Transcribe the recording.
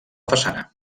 façana